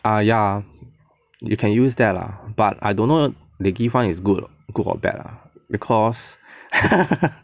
ah ya you can use that lah but I don't know they give [one] is good good or bad lah because